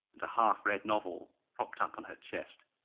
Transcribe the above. and a half-read novel propped up on her chest.